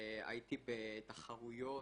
הייתי בתחרויות